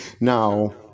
Now